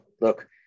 look